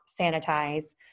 sanitize